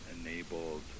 enabled